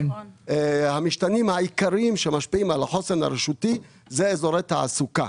המשתנים העיקריים שמשפיעים על החוסן הרשותי זה אזורי תעסוקה.